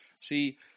See